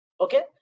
Okay